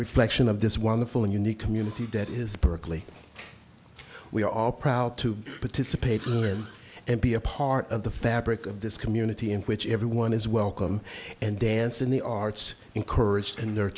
reflection of this wonderful and unique community that is berkeley we are all proud to participate in and be a part of the fabric of this community in which everyone is welcome and dance in the arts encouraged